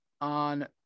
on